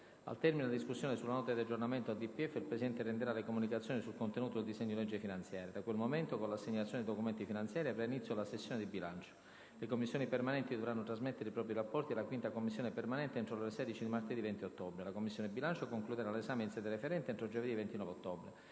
Al termine della discussione sulla Nota di aggiornamento al DPEF, il Presidente renderà le comunicazioni sul contenuto del disegno di legge finanziaria. Da quel momento, con l'assegnazione dei documenti finanziari, avrà inizio la "sessione di bilancio". Le Commissioni permanenti dovranno trasmettere i loro rapporti alla 5a Commissione permanente entro le ore 16 di martedì 20 ottobre. La Commissione bilancio concluderà 1'esame in sede referente entro giovedì 29 ottobre.